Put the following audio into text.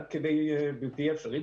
עד כדי בלתי אפשרי,